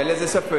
שאין לזה סוף.